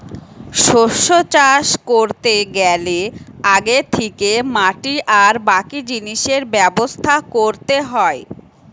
শস্য চাষ কোরতে গ্যালে আগে থিকে মাটি আর বাকি জিনিসের ব্যবস্থা কোরতে হয়